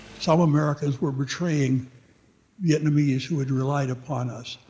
some americans were betraying vietnamese who had relied upon us.